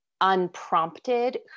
unprompted